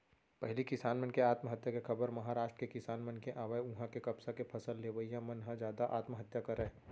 पहिली किसान मन के आत्महत्या के खबर महारास्ट के किसान मन के आवय उहां के कपसा के फसल लेवइया मन ह जादा आत्महत्या करय